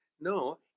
No